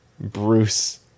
Bruce